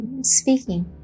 speaking